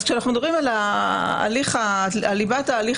אז כשאנחנו מדברים על ליבת ההליך